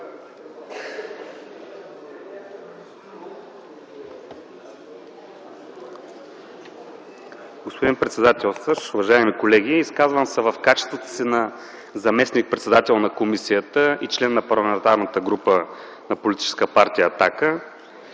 Господин председателстващ, уважаеми колеги! Изказвам се в качеството си на заместник-председател на комисията и член на Парламентарната група на политическа партия „Атака”.